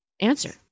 answer